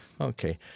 Okay